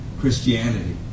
Christianity